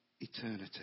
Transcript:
eternity